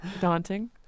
daunting